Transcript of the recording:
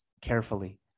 carefully